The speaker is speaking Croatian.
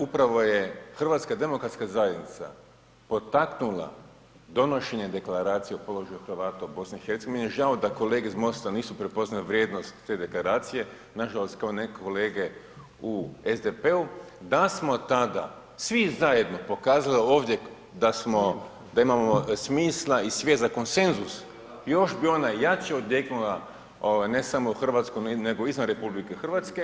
Upravo je HDZ potaknula donošenje Deklaracije o položaju Hrvata u BiH. meni je žao da kolege iz MOST-a nisu prepoznale vrijednost te deklaracije, nažalost kao neke kolege u SDP-u da smo tada svi zajedno pokazali ovdje da imamo smisla i svijet za konsenzus, još bi ona jače odjeknula ne samo u Hrvatskoj nego izvan RH.